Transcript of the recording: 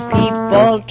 people